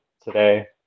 today